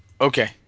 Okay